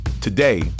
Today